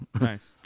Nice